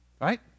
Right